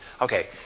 Okay